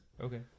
okay